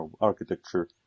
architecture